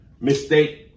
mistake